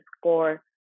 score